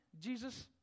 Jesus